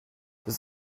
does